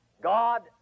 God